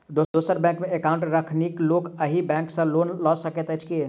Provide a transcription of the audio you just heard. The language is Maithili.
दोसर बैंकमे एकाउन्ट रखनिहार लोक अहि बैंक सँ लोन लऽ सकैत अछि की?